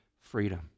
freedom